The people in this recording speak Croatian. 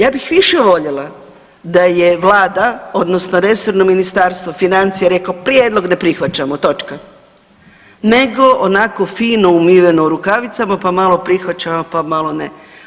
Ja bih više voljela da je Vlada odnosno resorno Ministarstvo financija reklo prijedlog ne prihvaćamo točka, nego onako fino umiveno u rukavicama pa malo prihvaćamo, pa malo ne.